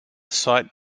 sight